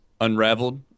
unraveled